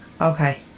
Okay